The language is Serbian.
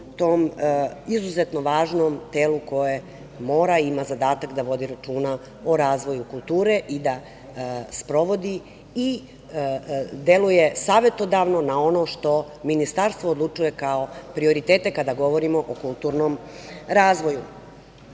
tom izuzetno važnom telu koje mora i ima zadatak da vodi računa o razvoju kulture i da sprovodi i deluje savetodavno na ono što Ministarstvo odlučuje kao prioritete kada govorimo o kulturnom razvoju. Nije